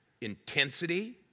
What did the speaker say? Intensity